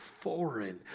foreign